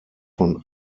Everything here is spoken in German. von